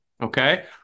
okay